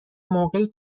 موقعی